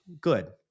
Good